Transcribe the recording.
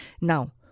Now